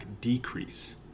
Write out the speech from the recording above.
decrease